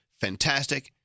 fantastic